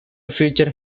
feature